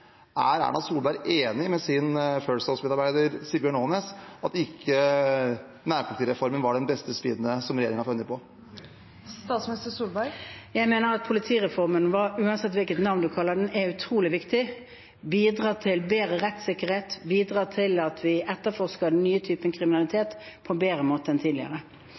Er Erna Solberg enig med sin First House-medarbeider Sigbjørn Aanes i at nærpolitireformen ikke er det beste «spinnet» som regjeringen har funnet på? Jeg mener at politireformen, uansett hva man kaller den, er utrolig viktig. Den bidrar til bedre rettssikkerhet, og den bidrar til at vi etterforsker den nye typen kriminalitet på en bedre måte